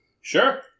Sure